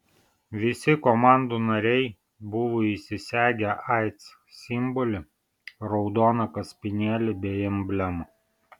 visi komandų nariai buvo įsisegę aids simbolį raudoną kaspinėlį bei emblemą